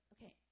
Okay